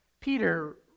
Peter